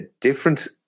different